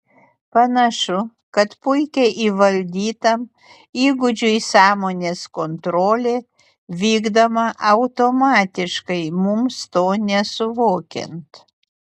panašu kad puikiai įvaldytam įgūdžiui sąmonės kontrolė vykdoma automatiškai mums to nesuvokiant